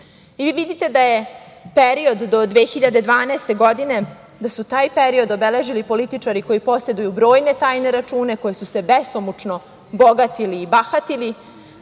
vidite da je period do 2012. godine, da su taj period obeležili političari koji poseduju brojne tajne račune, koji su se besomučno bogatili i bahatili,